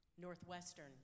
Northwestern